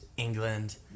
England